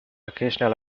occasional